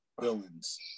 villains